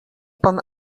pan